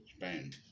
Spain